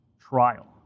trial